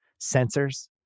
sensors